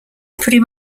pretty